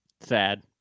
Sad